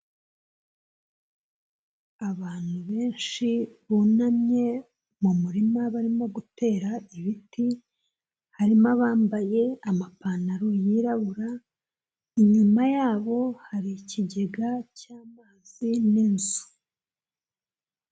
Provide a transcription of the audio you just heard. Abantu benshi bunamye mu murima barimo gutera ibiti, harimo abambaye amapantaro yirabura, inyuma yabo hari ikigega cy'amazi n'inzu.